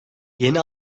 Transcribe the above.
yeni